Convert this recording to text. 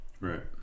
Right